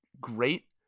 great